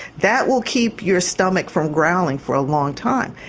that will keep your stomach from growling for a long time.